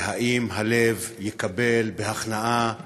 והאם הלב יקבל בהכנעה